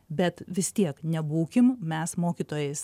bet vis tiek nebūkim mes mokytojais